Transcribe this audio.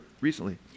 recently